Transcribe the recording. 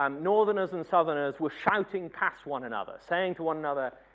um northerners and southerners were shouting past one another, saying to one another,